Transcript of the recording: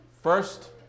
first